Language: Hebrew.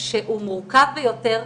מורכב ביותר.